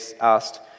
asked